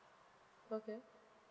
okay